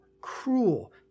cruel